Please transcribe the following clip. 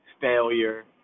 failure